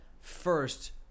first